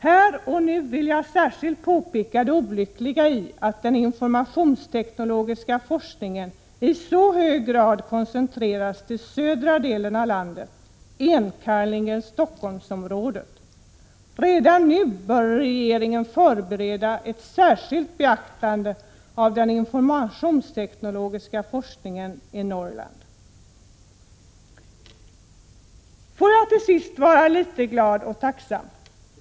Här och nu vill jag särskilt påpeka det olyckliga i att den informationsteknologiska forskningen i så hög grad koncentreras till södra delen av landet, enkannerligen Stockholmsområdet. Redan nu bör regeringen förbereda ett särskilt beaktande av den informationsteknologiska forskningen i Norrland. Får jag till sist vara litet glad och tacksam.